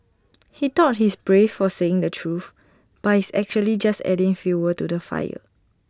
he thought he's brave for saying the truth but he's actually just adding fuel water to fire